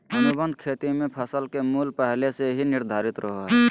अनुबंध खेती मे फसल के मूल्य पहले से ही निर्धारित रहो हय